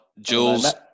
Jules